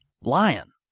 Lion